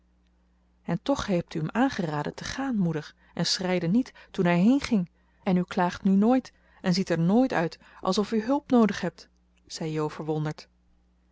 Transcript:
en toch hebt u hem aangeraden te gaan moeder en schreide niet toen hij heenging en u klaagt nu nooit en ziet er nooit uit alsof u hulp noodig hebt zei jo verwonderd